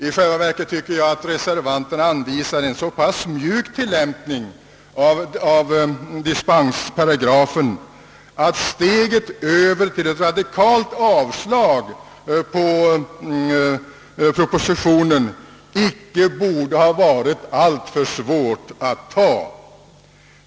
I själva verket anvisar reservanterna en så pass mjuk tillämpning av dispensparagrafen, att steget över till ett radikalt avslag på propositionen icke borde ha varit alltför svårt att ta.